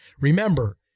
Remember